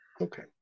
Okay